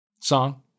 Song